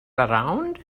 around